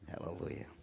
Hallelujah